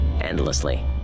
endlessly